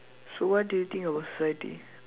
so what do you think about society